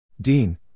Dean